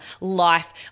life